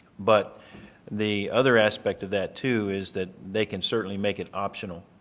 but the other aspect of that too is that they can certainly make it optional.